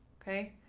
ok,